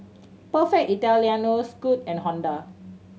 Perfect Italiano Scoot and Honda